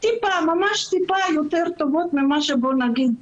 ממש קצת יותר טובים מאשר בחברה אחרת.